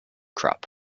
crop